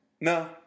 No